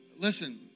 Listen